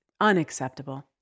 unacceptable